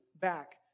back